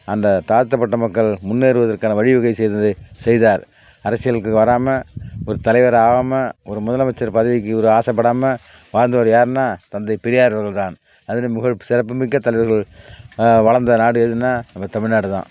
அந்த தாழ்த்தப்பட்ட மக்கள் முன்னேறுவதற்கான வழிவகை செய்தது செய்தார் அரசியலுக்கு வராமல் ஒரு தலைவர் ஆகாமல் ஒரு முதலமைச்சர் பதவிக்கு ஒரு ஆசைப்படாம வாழ்ந்தவர் யாருன்னால் தந்தை பெரியார் அவர்கள் தான் அதிலும் மிகவும் சிறப்பு மிக்கத் தலைவர்கள் வளர்ந்த நாடு எதுன்னால் நம்ம தமிழ்நாடு தான்